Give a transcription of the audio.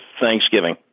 Thanksgiving